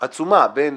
עצומה בין